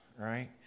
right